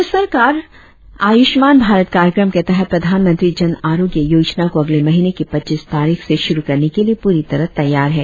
केंद्र सरकार आयुष्मान भारत कार्यक्रम के तहत प्रधानमंत्री जन आरोग्य योजना को अगले महीने की पच्चीस तारीख से शुरु करने के लिए पूरी तरह तैयार है